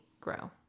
grow